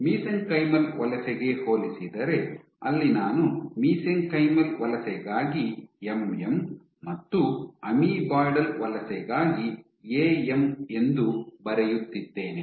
mesenchymal ವಲಸೆಗೆ ಹೋಲಿಸಿದರೆ ಅಲ್ಲಿ ನಾನು ಮಿಸೆಂಕೈಮಲ್ ವಲಸೆಗಾಗಿ ಎಂಎಂ ಮತ್ತು ಅಮೀಬಾಯ್ಡಲ್ ವಲಸೆಗಾಗಿ ಎಎಮ್ ಎಂದು ಬರೆಯುತ್ತಿದ್ದೇನೆ